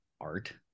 art